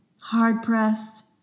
hard-pressed